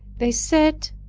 they said.